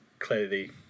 clearly